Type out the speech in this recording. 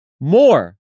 more